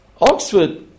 Oxford